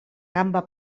gamba